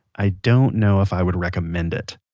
i don't know if i would recommend it.